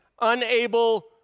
unable